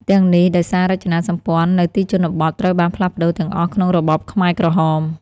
ទាំងនេះដោយសាររចនាសម្ព័ន្ធនៅទីជនបទត្រូវបានផ្លាស់ប្តូរទាំងអស់ក្នុងរបបខ្មែរក្រហម។